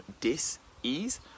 dis-ease